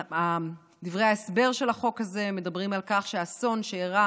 דברי ההסבר של החוק הזה מדברים על כך שהאסון שאירע